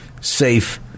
safe